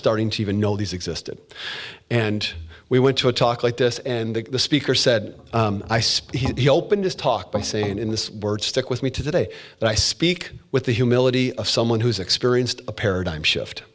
starting to even know these existed and we went to a talk like this and the speaker said i speak he opened his talk by saying in this word stick with me today that i speak with the humility of someone who's experienced a paradigm shift